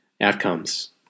outcomes